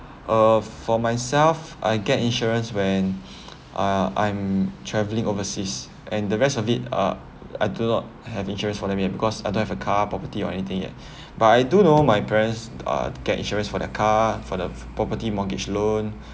uh for myself I get insurance when uh I'm travelling overseas and the rest of it uh I do not have insurance for that yet because I don't have a car property or anything yet but I do know my parents uh get insurance for their car for the property mortgage loan